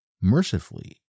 mercifully